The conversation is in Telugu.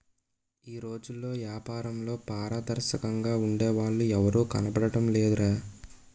ఈ రోజుల్లో ఏపారంలో పారదర్శకంగా ఉండే వాళ్ళు ఎవరూ కనబడడం లేదురా